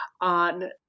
on